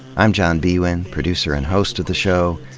i'm john biewen, producer and host of the show.